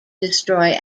destroy